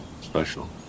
special